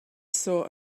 saw